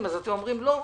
אתם אומרים: לא,